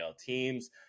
teams